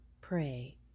pray